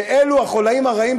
שאלו החוליים הרעים,